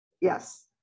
Yes